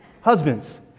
Husbands